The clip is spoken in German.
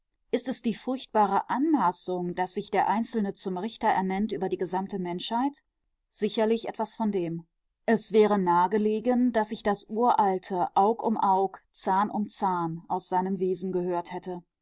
ist es die furchtbare anmaßung daß sich der einzelne zum richter ernennt über die gesamte menschheit sicherlich etwas von dem es wäre nah gelegen daß ich das uralte aug um aug zahn um zahn aus seinem wesen gehört hätte